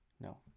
No